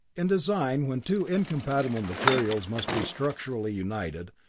in design when two incompatible materials must be structurally united,